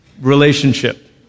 relationship